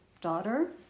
daughter